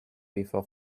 before